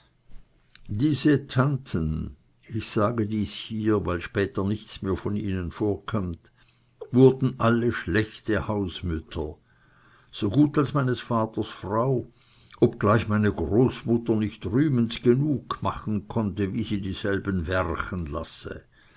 diese tanten ich sage dieses hier weil später nichts mehr von ihnen vorkömmt wurden alle noch schlechtere hausmütter als meines vaters frau obgleich meine großmutter nicht rühmens genug machen konnte wie sie dieselben werchen lasse